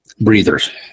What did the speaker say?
breathers